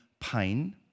pain